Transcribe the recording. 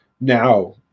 now